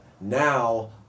now